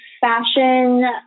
fashion